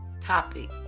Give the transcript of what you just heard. topic